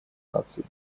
наций